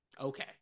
Okay